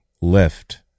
lift